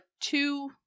two